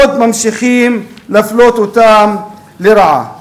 עוד ממשיכים להפלות אותם לרעה.